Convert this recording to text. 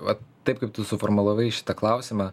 vat taip kaip tu suformulavai šitą klausimą